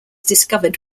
discovered